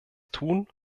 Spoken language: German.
tun